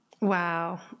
wow